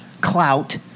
clout